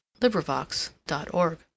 LibriVox.org